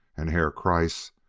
and herr kreiss,